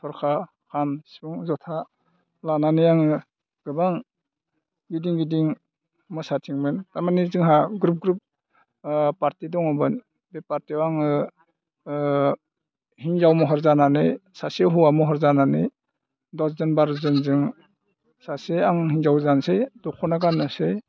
थरखा खाम सिफुं जथा लानानै आङो गोबां गिदिं गिदिं मोसाथिङोमोन थारमाने जोंहा ग्रुप ग्रुप पार्टि दङमोन बे पार्टियाव आङो हिन्जाव महर जानानै सासे हौवा महर जानानै दस जन बार' जन जों सासे आं हिन्जाव जानोसै दख'ना गाननोसै